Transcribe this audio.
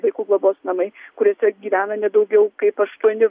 vaikų globos namai kuriuose gyvena ne daugiau kaip aštuoni